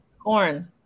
Corn